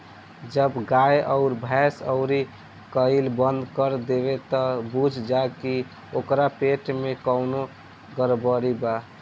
जब गाय अउर भइस कउरी कईल बंद कर देवे त बुझ जा की ओकरा पेट में कवनो गड़बड़ी बा